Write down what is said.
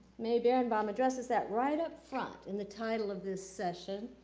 may berenabaum addresses that right upfront in the title of this session,